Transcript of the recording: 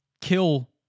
kill